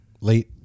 late